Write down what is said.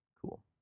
Cool